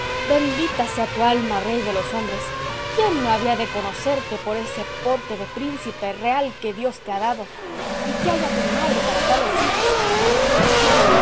bendita sea tu alma rey de los hombres quién no había de conocerte por ese porte de príncipe real que dios te ha dado y que haya madre que para tales hijos jesús